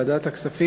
ועדת הכספים,